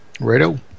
Righto